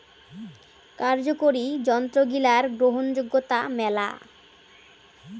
কার্যকরি যন্ত্রগিলার গ্রহণযোগ্যতা মেলা